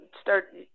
start